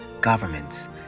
governments